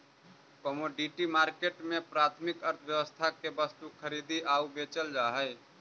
commodity market में प्राथमिक अर्थव्यवस्था के वस्तु खरीदी आऊ बेचल जा हइ